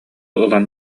ылан